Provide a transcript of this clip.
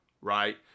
right